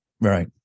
Right